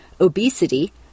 obesity